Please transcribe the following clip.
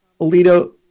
Alito